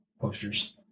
posters